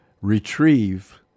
retrieve